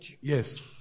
Yes